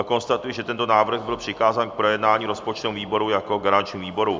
Konstatuji, že tento návrh byl přikázán k projednání rozpočtovému výboru jako garančnímu výboru.